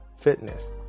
fitness